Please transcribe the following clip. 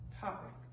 topic